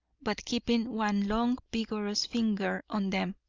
but keeping one long vigorous finger on them.